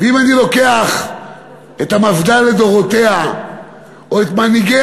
ואם אני לוקח את המפד"ל לדורותיה או את מנהיגי